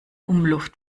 umluft